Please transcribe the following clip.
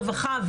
רווחה,